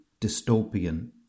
dystopian